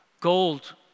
Gold